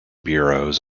bureaus